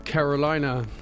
Carolina